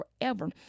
forever